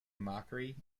mockery